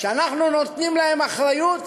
שאנחנו נותנים להם אחריות